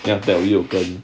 then after that we open